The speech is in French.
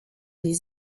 des